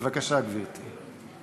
בבקשה, גברתי.